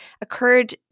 occurred